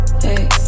Hey